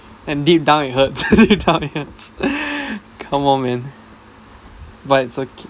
and deep down it hurts deep down it hurts come on man but it's okay